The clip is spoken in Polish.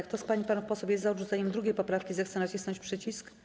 Kto z pań i panów posłów jest za odrzuceniem 2. poprawki, zechce nacisnąć przycisk.